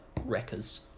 wreckers